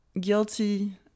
guilty